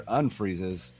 unfreezes